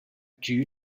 due